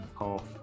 half